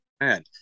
Man